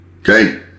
Okay